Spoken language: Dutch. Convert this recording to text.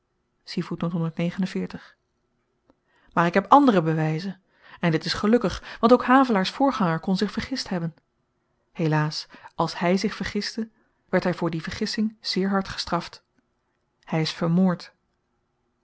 maar ik heb andere bewyzen en dit is gelukkig want ook havelaar's voorganger kon zich vergist hebben helaas als hy zich vergiste werd hy voor die vergissing zeer hard gestraft hy is vermoord